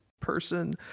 person